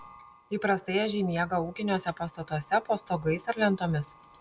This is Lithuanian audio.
įprastai ežiai miega ūkiniuose pastatuose po stogais ar lentomis